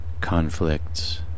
Conflicts